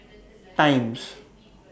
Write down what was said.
Times